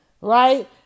right